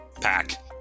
Pack